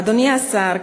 אדוני השר,